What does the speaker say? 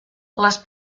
les